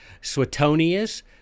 Suetonius